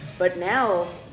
but now,